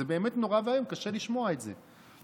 זה באמת נורא ואיום, קשה לשמוע את זה.